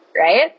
right